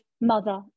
mother